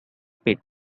pits